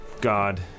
god